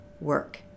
work